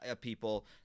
people